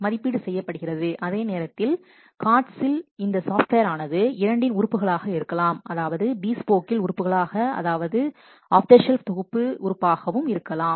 மதிப்பீடு செய்யப்படுகிறது அதே நேரத்தில் COTS இல் இந்த சாஃப்ட்வேர் ஆனது இரண்டின் உறுப்புகளாக இருக்கலாம் அதாவது பீஸ்போக்கின் உறுப்புகளாக அதேமாதிரி ஆஃப் த ஷெல்ஃப் தொகுப்பின் உறுப்பாகவும் இருக்கலாம்